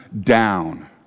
down